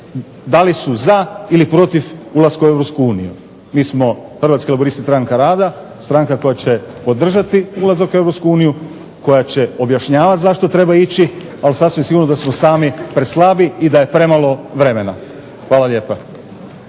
da li su za ili protiv ulaska u Europsku uniju. Mi smo Hrvatski laburisti – Stranka rada, stranka koja će podržati ulazak u Europsku uniju, koja će objašnjavati zašto treba ići, ali sasvim sigurno da smo sami preslabi i da je premalo vremena. Hvala lijepa.